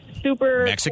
super